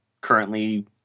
currently